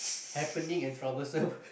happening and troublesome